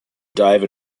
dive